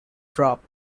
drop